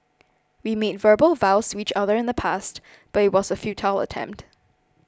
we made verbal vows to each other in the past but it was a futile attempt